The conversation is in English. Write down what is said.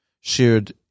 shared